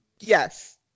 yes